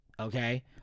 Okay